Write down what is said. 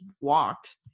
walked